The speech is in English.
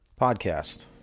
podcast